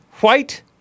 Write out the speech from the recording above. white